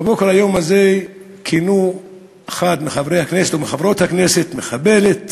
בבוקר היום הזה כינו אחד מחברי הכנסת או מחברות הכנסת "מחבלת",